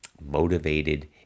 motivated